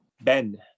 Ben